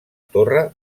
torre